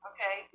Okay